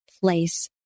place